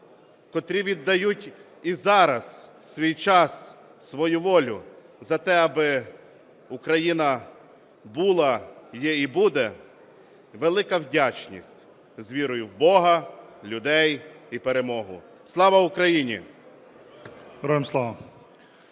котрі віддають і зараз свій час, свою волю за те, аби Україна була, є і буде, велика вдячність. З вірою в Бога, людей і перемогу. Слава Україні! ГОЛОВУЮЧИЙ.